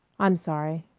i'm sorry.